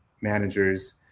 managers